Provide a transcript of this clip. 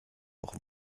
auch